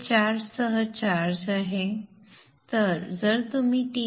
तर हे चार्ज सह चार्ज आहे